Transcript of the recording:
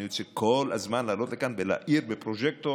אני רוצה כל הזמן לעלות לכאן ולהאיר בפרוז'קטור